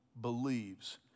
believes